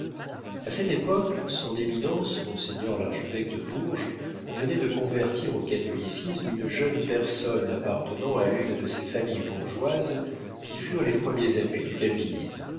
a cette époque son éminence monseigneur l'archevêque de bourges venait de convertir au catholicisme une jeune personne appartenant à l'une de ces familles bourgeoises qui furent les premiers appuis du